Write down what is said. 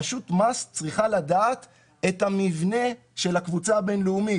רשות מס צריכה לדעת את המבנה של הקבוצה הבינלאומית.